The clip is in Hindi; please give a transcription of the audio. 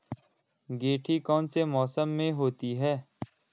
गेंठी कौन से मौसम में होती है?